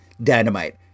Dynamite